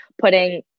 putting